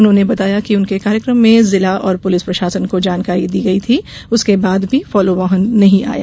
उन्होंने बताया कि उनके कार्यक्रम के बारे में जिला और पुलिस प्रशासन को जानकारी दी गई थी उसके बाद भी फॉलो वाहन नहीं आया